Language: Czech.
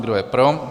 Kdo je pro?